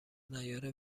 نیاره